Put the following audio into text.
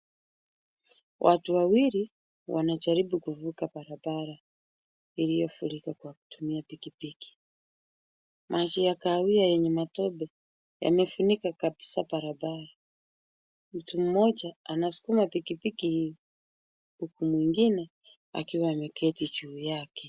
Watu wawili wanajaribu kuvuka barabara, iliyofurikwa kwa kutumia pikipiki. Maji ya kawaida yenye matope yamefunika kabisa barabara, mtu mmoja anasukuma pikipiki hiyo na mwingine akiwa ameketi ju yake.